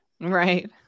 right